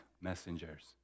messengers